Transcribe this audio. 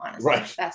Right